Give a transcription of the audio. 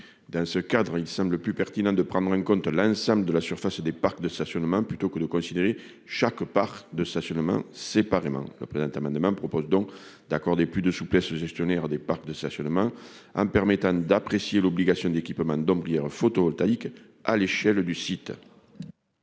dans ce cadre, il semble plus pertinent de prendre en compte l'ensemble de la surface des parcs de stationnement, plutôt que de considérer chaque part de stationnement séparément le présent amendement propose donc d'accorder plus de souplesse, le gestionnaire des parcs de stationnement, hein, permettant d'apprécier l'obligation d'équipements photovoltaïque à l'échelle du site.